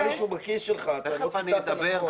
תיכף אני אדבר,